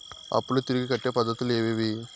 అప్పులు తిరిగి కట్టే పద్ధతులు ఏవేవి